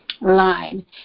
Line